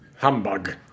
Humbug